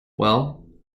well